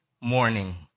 morning